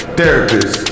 therapist